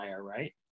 right